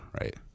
right